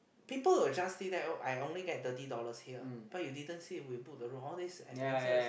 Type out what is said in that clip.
people will just see that I only get thirty dollars here but you didn't see we book the room all these expenses